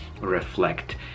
reflect